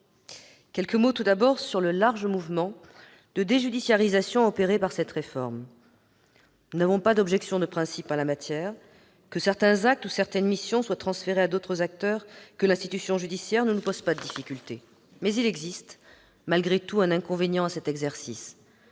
J'évoquerai tout d'abord le large mouvement de déjudiciarisation opéré par cette réforme. Nous n'avons pas d'objection de principe en la matière. Que certains actes ou certaines missions soient transférés à d'autres acteurs que l'institution judiciaire ne nous pose pas difficulté. Mais il existe malgré tout un inconvénient à cet exercice